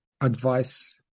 advice